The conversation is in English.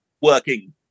working